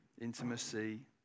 intimacy